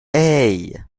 hey